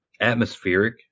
atmospheric